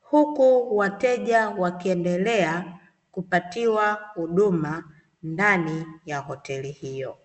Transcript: Huku wateja wakiendelea kupatiwa huduma ndani ya hoteli hiyo.